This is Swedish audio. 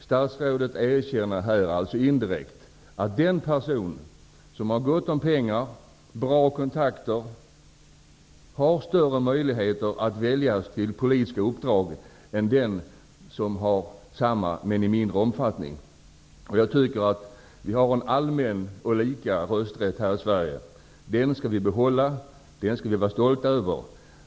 Statsrådet erkänner här indirekt att en person som har gott om pengar och bra kontakter har större möjligheter att bli vald till politiska uppdrag än en som har detsamma i mindre omfattning. Vi har en allmän och lika rösträtt här i Sverige. Den skall vi behålla och vara stolta över.